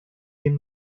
bien